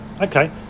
Okay